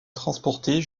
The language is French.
transporter